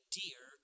dear